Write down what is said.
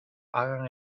hagan